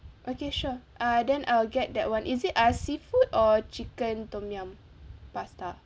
okay sure uh then I'll get that [one] is it uh seafood or chicken tom yum pasta